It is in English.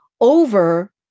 over